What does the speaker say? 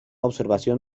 observación